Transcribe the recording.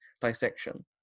dissection